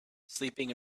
sleeping